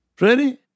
Ready